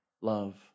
love